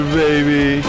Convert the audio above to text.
baby